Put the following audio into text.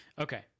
okay